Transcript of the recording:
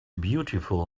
beautiful